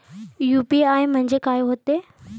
UPI म्हणजे का होते?